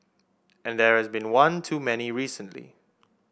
and there has been one too many recently